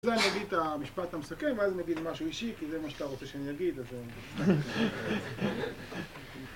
לא, אני אגיד את המשפט המסכם, ואז אני אגיד משהו אישי, כי זה מה שאתה רוצה שאני אגיד, אז...